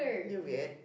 you're weird